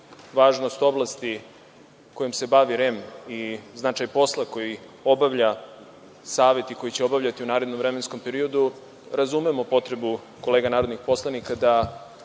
važnost oblasti kojom se bavi REM i značaj posla koji obavlja Savet i koji će obavljati u narednom vremenskom periodu, razumemo potrebu kolega narodnih poslanika da